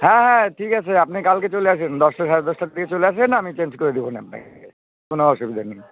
হ্যাঁ হ্যাঁ ঠিক আছে আপনি কালকে চলে আসেন দশটা সাড়ে দশটার দিকে চলে আসবেন আমি চেঞ্জ করে দেব আপনাকে কোনো অসুবিধা নেই